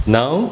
now